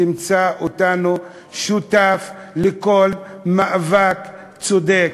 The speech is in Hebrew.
תמצא אותנו שותפים לכל מאבק צודק,